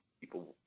people